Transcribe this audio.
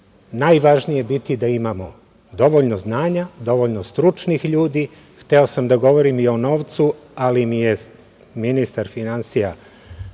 najvažnije biti da imamo dovoljno znanja, dovoljno stručnih ljudi. Hteo sam da govorim i o novcu, ali mi je ministar finansija